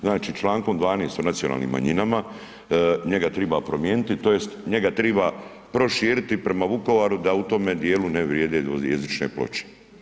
Znači člankom 12. o nacionalnim manjinama njega treba promijeniti tj. njega treba proširiti prema Vukovaru da u tome dijelu ne vrijede dvojezične ploče.